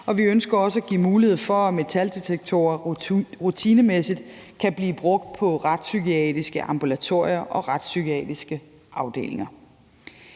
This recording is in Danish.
vi ønsker også at give mulighed for, at metaldetektorer rutinemæssigt kan blive brugt på retspsykiatriske ambulatorier og retspsykiatriske afdelinger.